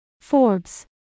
Forbes